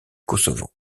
kosovo